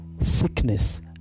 sickness